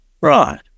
Right